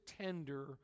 tender